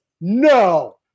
no